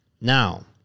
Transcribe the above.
Now